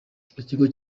ikigo